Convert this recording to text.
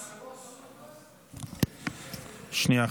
שנייה,